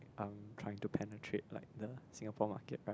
um trying to penetrate like the Singapore market right